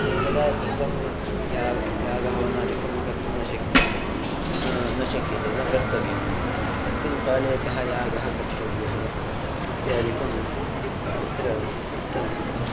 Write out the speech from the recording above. सर्वदा सर्वः यागः यागहवनादिकं कर्तुं न शक्यते न शक्यते न कर्तव्यं कस्मिन् काले कः यागः कर्तव्यः इत्यादिकं तत्र उक्तमस्ति